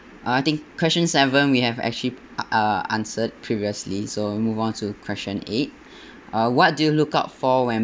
I think question seven we have actually uh answered previously so move on to question eight uh what do you look out for when